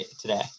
today